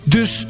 Dus